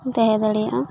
ᱛᱟᱦᱮᱸ ᱫᱟᱲᱮᱭᱟᱜᱼᱟ